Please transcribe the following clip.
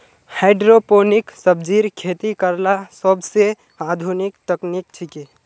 hydroponic सब्जिर खेती करला सोबसे आधुनिक तकनीक छिके